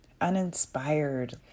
uninspired